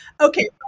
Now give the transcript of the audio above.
Okay